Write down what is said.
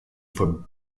for